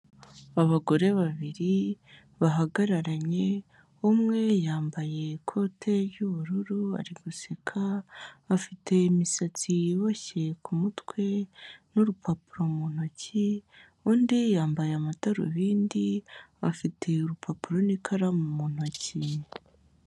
Abagore babiri bahagararanye, umwe yambaye ikote ry'ubururu ari guseka, afite imisatsi iboshye ku mutwe n'urupapuro mu ntoki, undi yambaye amadarubindi, afite urupapuro n'ikaramu mu ntoki.